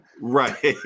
Right